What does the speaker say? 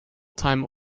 time